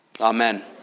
Amen